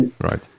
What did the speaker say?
right